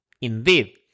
Indeed